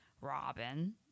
Robin